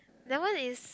that one is